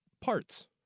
Parts